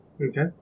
Okay